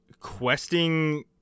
Questing